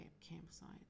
campsite